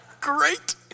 Great